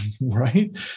right